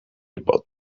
about